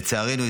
לצערנו,